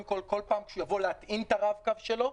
בכל פעם שהוא יבוא להטעין את הרב-קו שלו,